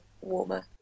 warmer